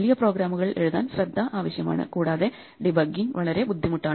വലിയ പ്രോഗ്രാമുകൾ എഴുതാൻ ശ്രദ്ധ ആവശ്യമാണ് കൂടാതെ ഡീബഗ്ഗിംഗ് വളരെ ബുദ്ധിമുട്ടാണ്